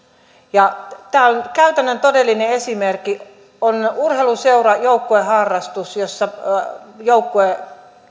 ja tämä on todellinen käytännön esimerkki on urheiluseura joukkueharrastus jossa joukkue